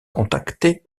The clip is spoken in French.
contacté